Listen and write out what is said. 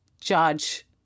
judge